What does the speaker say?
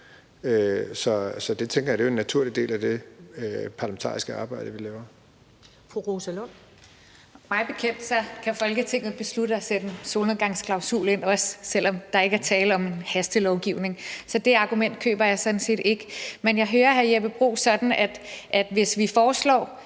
(Karen Ellemann): Fru Rosa Lund. Kl. 10:11 Rosa Lund (EL): Mig bekendt kan Folketinget beslutte at sætte en solnedgangsklausul ind, også selv om der ikke er tale om hastelovgivning, så det argument køber jeg sådan set ikke. Men jeg hører hr. Jeppe Bruus sådan, at hvis vi foreslår,